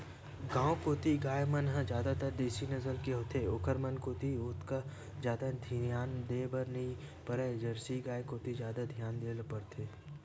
गांव कोती गाय मन ह जादातर देसी नसल के होथे ओखर मन कोती ओतका जादा धियान देय बर नइ परय जरसी गाय कोती जादा धियान देय ल परथे